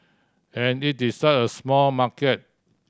and it's such a small market